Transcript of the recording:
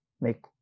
make